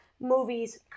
movies